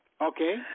Okay